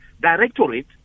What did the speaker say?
directorate